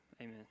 Amen